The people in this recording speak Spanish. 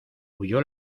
huyó